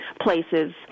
places